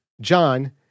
John